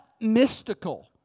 mystical